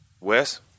Wes